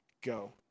go